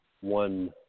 one